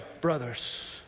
brothers